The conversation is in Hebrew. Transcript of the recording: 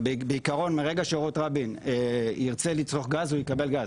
אבל בעיקרון ברגע שאורות רבין ירצה לצרוך גז הוא יקבל גז.